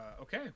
Okay